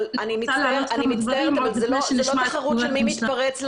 אני מצטערת אבל זה לא תחרות של מי מתפרץ לדיון.